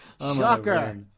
Shocker